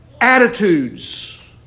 attitudes